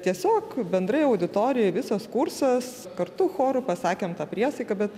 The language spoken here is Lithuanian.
tiesiog bendrai auditorijoj visas kursas kartu choru pasakėmtą priesaiką bet